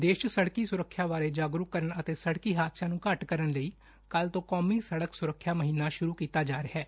ਦੇਸ਼ 'ਚ ਸੜਕ ਸੁਰੱਖਿਆ ਬਾਰੇ ਜਾਗਰੁਕ ਕਰਨ ਅਤੇ ਸੜਕੀ ਹਾਦਸਿਆਾ ਨੂੰ ਘੱਟ ਕਰਨ ਲਈ ਕੱਲ੍ ਤੋ' ਕੌਮੀ ਸੜਕ ਸੁਰੱਖਿਆ ਮਹੀਨਾ ਸੁਰੂ ਕੀਤਾ ਜਾ ਰਿਹੈ